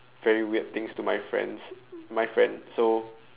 very weird things to my friends my friend so